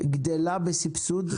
גדלה בסבסוד לאזרח?